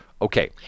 Okay